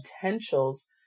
potentials